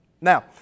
Now